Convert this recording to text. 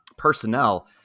personnel